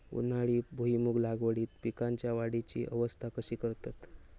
उन्हाळी भुईमूग लागवडीत पीकांच्या वाढीची अवस्था कशी करतत?